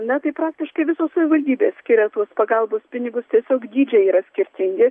na tai praktiškai visos savivaldybės skiria tuos pagalbos pinigus tiesiog dydžiai yra skirtingi